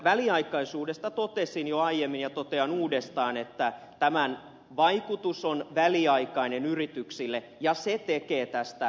väliaikaisuudesta totesin jo aiemmin ja totean uudestaan että tämän vaikutus on väliaikainen yrityksille ja se tekee tästä elvyttävän